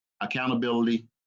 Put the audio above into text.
accountability